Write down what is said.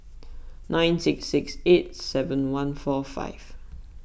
nine six six eight seven one four five